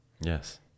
Yes